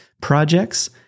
projects